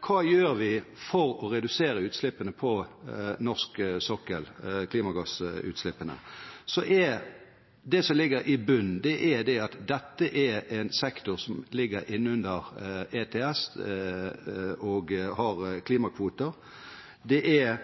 hva vi skal gjøre for å redusere klimagassutslippene på norsk sokkel, er det som ligger i bunnen, at dette er en sektor som ligger under ETS, European Union Emissions Trading Scheme, og som har klimakvoter. Det er